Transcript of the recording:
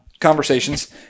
conversations